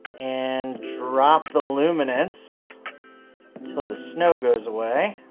and drop the luminance until the snow goes away.